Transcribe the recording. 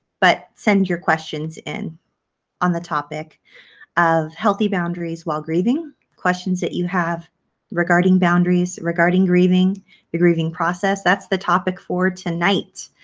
but send your questions in on the topic of healthy boundaries while grieving questions that you have regarding boundaries regarding grieving the grieving process that's the topic for tonight.